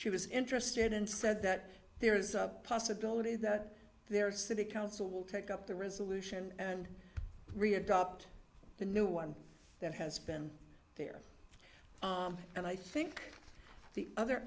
she was interested and said that there is a possibility that their city council will take up the resolution and re adopt the new one that has been there and i think the other